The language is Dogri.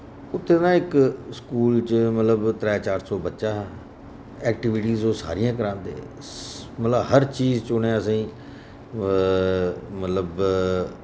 उत्थै ना इक स्कूल च मतलब त्रै चार सौ बच्चा हा एक्टिविटीज ओह् सरियां करांदे मतलब हर चीज च उ'नें असें मतलब